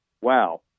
wow